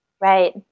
Right